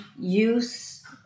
use